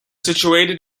situated